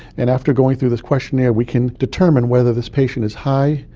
and after going through this questionnaire we can determine whether this patient is high,